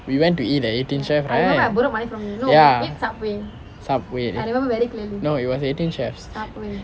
we went to eat at Eighteen Chefs right Subway no it was Eighteen Chefs